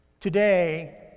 Today